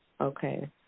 Okay